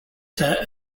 center